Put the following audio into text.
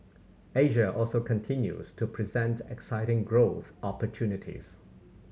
Asia also continues to present exciting growth opportunities